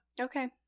Okay